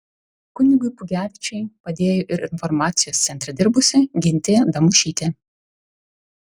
kunigui pugevičiui padėjo ir informacijos centre dirbusi gintė damušytė